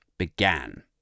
Began